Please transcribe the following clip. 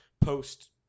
post